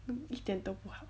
一点都不好